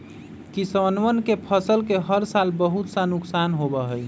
किसनवन के फसल के हर साल बहुत सा नुकसान होबा हई